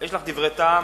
יש לך דברי טעם,